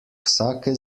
vsake